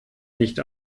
nicht